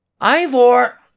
Ivor